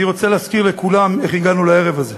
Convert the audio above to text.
אני רוצה להזכיר לכולם איך הגענו לערב הזה.